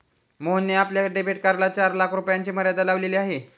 मोहनने आपल्या डेबिट कार्डला चार लाख रुपयांची मर्यादा लावलेली आहे